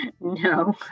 No